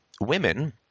women